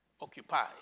occupy